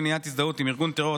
מניעת הזדהות עם ארגון טרור),